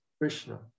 Krishna